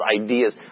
ideas